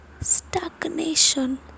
stagnation